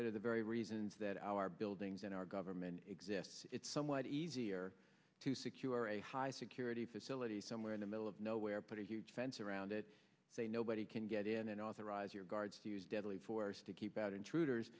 that are the very reasons that our buildings in our government exists it's somewhat easier to secure a high security facility somewhere in the middle of nowhere put a huge fence around it say nobody can get in and authorize your guards to use deadly force to keep out intruders